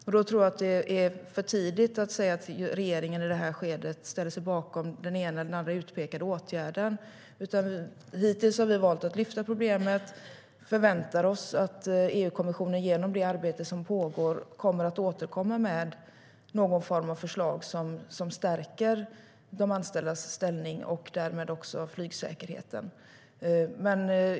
Därför tror jag att det är för tidigt att säga att regeringen i det här skedet ställer sig bakom den ena eller den andra utpekade åtgärden. Hittills har vi valt att lyfta upp problemet. Vi förväntar oss att EU-kommissionen genom det arbete som pågår kommer att återkomma med någon form av förslag som stärker de anställdas ställning och därmed också flygsäkerheten.